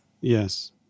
Yes